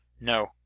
No